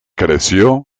creció